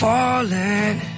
Falling